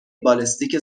بالستیک